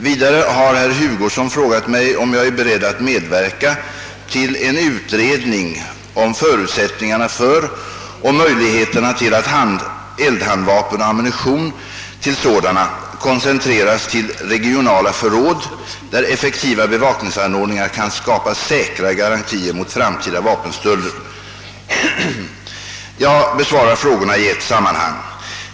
Vidare har herr Hugosson frågat mig, om jag är beredd att medverka till en utredning om förutsättningarna för och möjligheterna till att eldhandvapen och ammunition till sådana koncentreras till regionala förråd, där effektiva bevakningsanordningar kan skapa säkra garantier mot framtida vapenstölder. Jag besvarar frågorna i ett sammanhang.